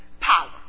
power